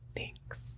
Thanks